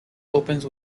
opens